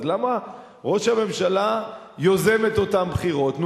אז למה ראש הממשלה יוזם את אותן בחירות?